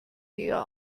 ihr